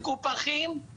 מקופחים,